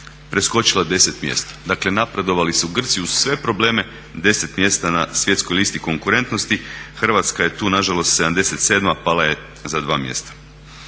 preskočila 10 mjesta. Dakle napredovali su Grci uz sve probleme 10 mjesta na svjetskoj listi konkurentnosti. Hrvatska je tu nažalost 77, pala je za dva mjesta.